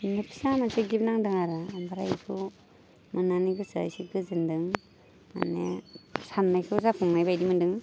बिदिनो फिसा मोनसे गिफ्ट नांदों आरो ओमफ्राय बेखौ मोननानै गोसोआ एसे गोजोन्दों माने साननायखौ जाफुंनाय बायदि मोन्दों